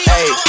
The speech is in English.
Hey